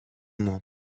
mont